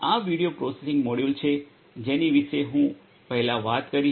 આ video processing module છે જેની વિશે હું પહેલાં વાત કરી હતી